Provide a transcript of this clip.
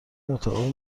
مطابق